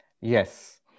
Yes